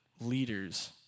leaders